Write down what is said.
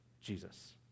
Jesus